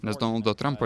nes donaldo trampo